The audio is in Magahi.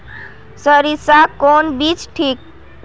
सरीसा कौन बीज ठिक?